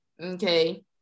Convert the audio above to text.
Okay